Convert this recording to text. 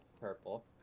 purple